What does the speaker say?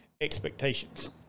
expectations